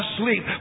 sleep